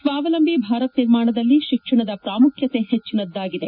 ಸ್ವಾವಲಂಬಿ ಭಾರತ ನಿರ್ಮಾಣದಲ್ಲಿ ಶಿಕ್ಷಣದ ಪ್ರಾಮುಖ್ಯತೆ ಹೆಚ್ಚಿನದ್ದಾಗಿದೆ